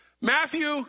Matthew